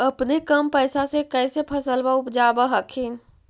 अपने कम पैसा से कैसे फसलबा उपजाब हखिन?